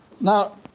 Now